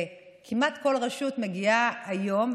וכמעט כל רשות מגיעה היום,